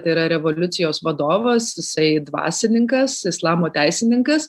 tai yra revoliucijos vadovas jisai dvasininkas islamo teisininkas